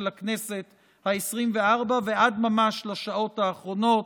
הכנסת העשרים-וארבע ועד ממש לשעות האחרונות,